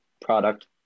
product